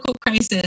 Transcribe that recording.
crisis